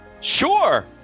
sure